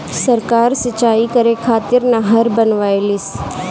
सरकार सिंचाई करे खातिर नहर बनवईलस